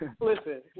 Listen